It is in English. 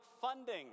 funding